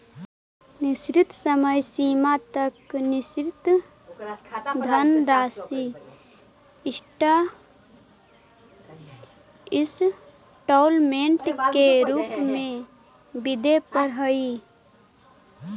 निश्चित समय सीमा तक निश्चित धनराशि इंस्टॉलमेंट के रूप में वेदे परऽ हई